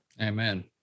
Amen